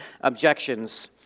objections